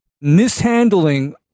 mishandling